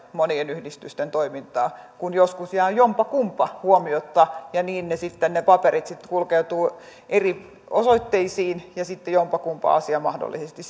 monien yhdistysten toimintaa kun joskus jää jompakumpa huomiotta ja niin ne paperit sitten kulkeutuvat eri osoitteisiin ja sitten jompakumpa asia mahdollisesti